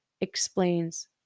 explains